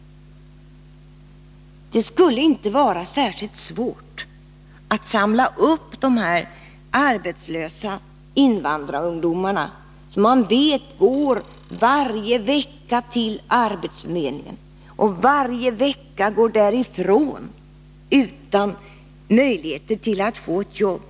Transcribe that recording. Det skulle inte vara särskilt svårt att samla upp de arbetslösa invandrarungdomarna, som man vet varje vecka går till arbetsförmedlingen och varje vecka går därifrån utan att ha fått ett jobb.